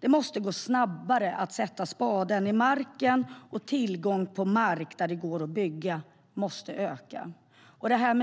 Det måste gå snabbare att sätta spaden i marken, och tillgången på mark där det går att bygga måste öka.